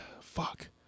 Fuck